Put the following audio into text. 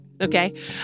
Okay